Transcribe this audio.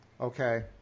Okay